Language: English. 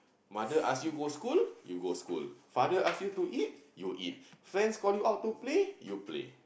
mother ask you go school you go school father ask you to eat you eat friends call you out to play you play